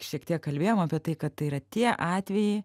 šiek tiek kalbėjom apie tai kad tai yra tie atvejai